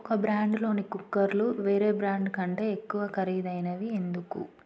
ఒక బ్రాండ్లోని కుక్కర్లు వేరే బ్రాండ్ కంటే ఎక్కువ ఖరీదైనవి ఎందుకు